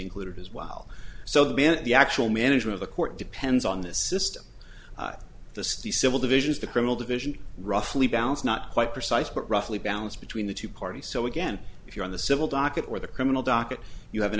included as well so the minute the actual manager of the court depends on this system the sixty civil divisions the criminal division roughly balance not quite precise but roughly balance between the two parties so again if you're on the civil docket or the criminal docket you have an